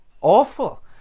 awful